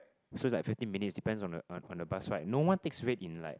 so it's like fifteen minutes depends on the on on the bus ride no one takes red in like